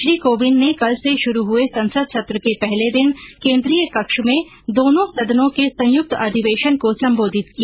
श्री कोविंद ने कल से शुरू हए संसद सत्र के पहले दिन केन्द्रीय कक्ष में दोनों सदनों के संयुक्त अधिवेशन को संबोधित किया